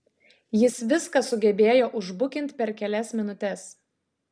jis viską sugebėjo užbukint per kelias minutes